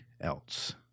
else